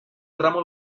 tramo